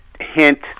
Hint